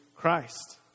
Christ